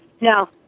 No